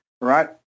Right